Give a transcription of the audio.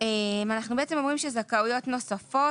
אנחנו אומרים שזכאויות נוספות,